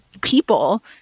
people